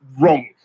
wrong